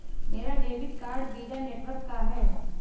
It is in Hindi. मेरा डेबिट कार्ड वीज़ा नेटवर्क का है